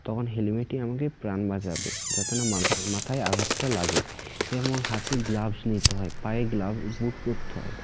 তখন হেলমেটই আমাকে প্রাণ বাঁচাবে যাতে না মাখা মাথায় আঘাতটা লাগে এবং হাতে গ্লাভস নিতে হয় পায়ে গ্লাভ বুট পরতে হয়